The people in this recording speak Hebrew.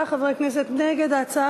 פיצוי בגין נזק לנפגעי פעולות איבה גזעניות),